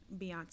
Beyonce